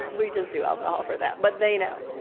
we just do alcohol for that, but they know